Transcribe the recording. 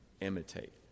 Imitate